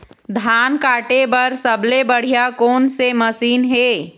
धान काटे बर सबले बढ़िया कोन से मशीन हे?